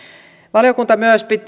valiokunta myös